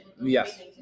Yes